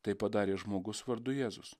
tai padarė žmogus vardu jėzus